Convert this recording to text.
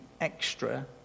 extra